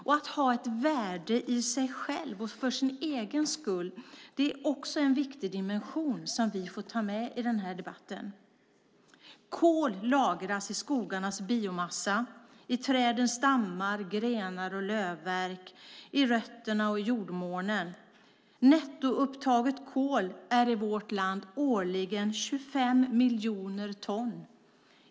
Och att ha ett värde i sig själv och för sin egen skull är också en viktig dimension som vi får ta med i den här debatten. Kol lagras i skogarnas biomassa, i trädens stammar, gren och lövverk, i rötterna och jordmånen. Nettoupptaget kol är i vårt land årligen 25 miljoner ton.